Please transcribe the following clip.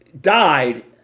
died